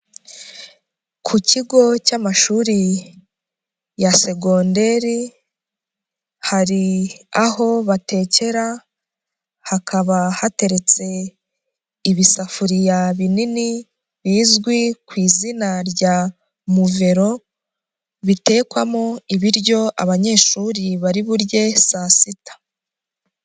Ku kigo cy'amashuri ya segonderi, hari aho batekera hakaba hateretse ibisafuriya binini bizwi ku izina rya muvero, bitekwamo ibiryo abanyeshuri bari burye saa sita.